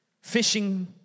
fishing